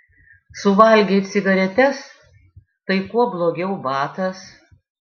suvalgei cigaretes tai kuo blogiau batas